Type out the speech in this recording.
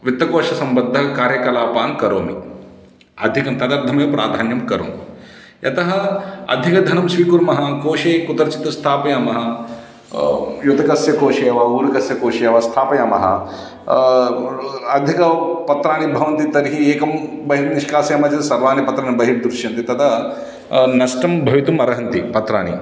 वित्तकोषसम्बद्धः कार्यकलापान् करोमि अधिकं तदर्थं प्राधान्यं करोमि यतः अधिकं धनं स्वीकुर्मः कोषे कुत्रचित् स्थापयामः युतकस्य कोषे वा उरुकस्य कोषे वा स्थापयामः अधिकानि पत्राणि भवन्ति तर्हि एकं बहिर्निष्कासयामः चेत् सर्वाणि पत्राणि बहिर् दृश्यन्ते तदा नष्टं भवितुम् अर्हन्ति पत्राणि